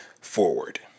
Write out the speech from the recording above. forward